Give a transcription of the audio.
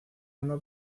una